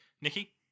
Nikki